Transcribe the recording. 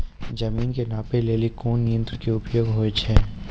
जमीन के नापै लेली कोन यंत्र के उपयोग होय छै?